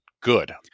good